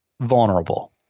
vulnerable